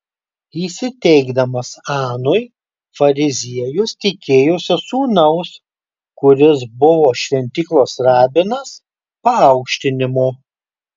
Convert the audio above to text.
įsiteikdamas anui fariziejus tikėjosi sūnaus kuris buvo šventyklos rabinas paaukštinimo